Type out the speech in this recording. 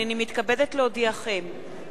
הנני מתכבדת להודיעכם,